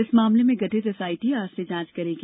इस मामले में गठित एसआईटी आज से जांच करेगी